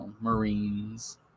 marines